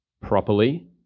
properly